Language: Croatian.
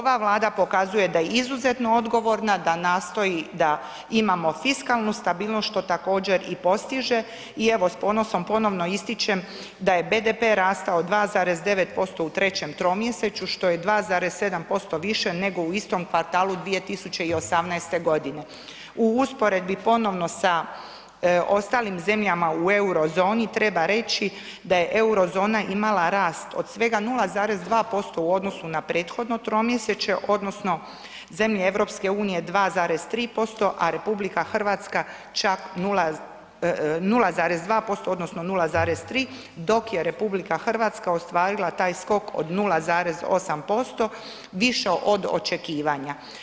Ova Vlada pokazuje da je izuzetno odgovorna, da nastoji da imamo fiskalnu stabilnost, što također i postiže i evo s ponosom ponovno ističem da je BDP rastao 2,9% u trećem tromjesečju, što je 2,7% više nego u istom kvartalu 2018.g. U usporedbi ponovno sa ostalim zemljama u Eurozoni treba reći da je Eurozona imala rast od svega 0,2% u odnosu na prethodno tromjesečje odnosno zemlje EU 2,3%, a RH čak 0,2% odnosno 0,3, dok je RH ostvarila taj skok od 0,8% više od očekivanja.